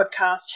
podcast